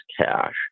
cash